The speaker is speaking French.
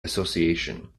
association